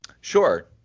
Sure